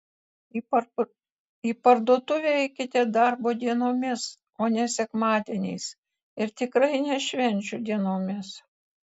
į parduotuvę eikite darbo dienomis o ne sekmadieniais ir tikrai ne švenčių dienomis